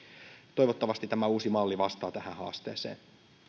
toivottavasti tämä uusi malli vastaa tähän haasteeseen